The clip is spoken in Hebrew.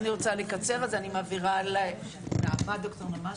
אני מעבירה לד"ר נעמה.